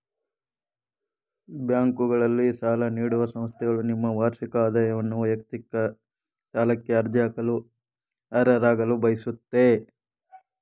ಬ್ಯಾಂಕ್ಗಳು ಸಾಲ ನೀಡುವ ಸಂಸ್ಥೆಗಳು ನಿಮ್ಮ ವಾರ್ಷಿಕ ಆದಾಯವನ್ನು ವೈಯಕ್ತಿಕ ಸಾಲಕ್ಕೆ ಅರ್ಜಿ ಹಾಕಲು ಅರ್ಹರಾಗಲು ಬಯಸುತ್ತೆ